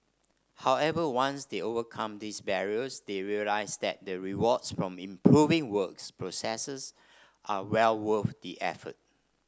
however once they overcome these barriers they realise that the rewards from improving works processes are well worth the effort